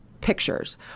pictures